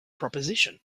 proposition